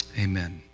Amen